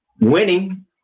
winning